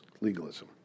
legalism